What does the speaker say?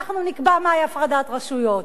אנחנו נקבע מהי הפרדת רשויות.